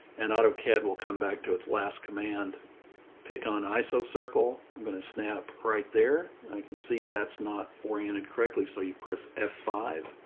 and autocad will come back to its last command pick on iso circle. i'm going to snap right there. i can see that's not oriented correctly. so you press f five.